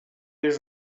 les